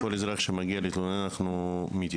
כל אזרח שמגיע אלינו על מנת להתלונן,